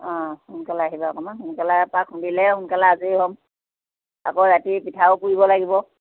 অঁ সোনকালে আহিবা অকণমান সোনকালৰ পৰা খুন্দিলেহে সোনকালে আজৰি হ'ম আকৌ ৰাতি পিঠাও পুৰিব লাগিব